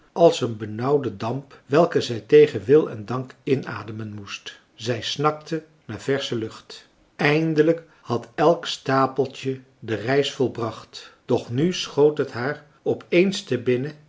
als een benauwde damp welken zij tegen wil en dank inademen moest zij snakte naar versche lucht eindelijk had elk stapeltje de reis volbracht doch nu schoot het haar op eens te binnen